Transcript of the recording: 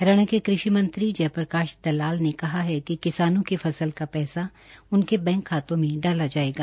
हरियाणा के कृषि मंत्री जय प्रकाश दलाल ने कहा कि किसानों की फसल का पैसा उनके बैंक खातों में डाला जायेगा